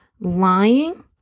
Lying